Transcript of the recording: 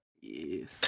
Yes